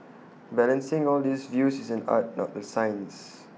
balancing all these views is an art not A science